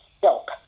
silk